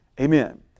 Amen